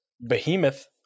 behemoth